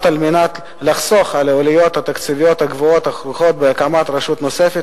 כדי לחסוך את העלויות התקציביות הגבוהות הכרוכות בהקמת רשות נוספת